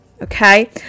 okay